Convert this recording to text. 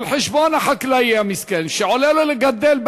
על חשבון החקלאי המסכן שעולה לו לגדל,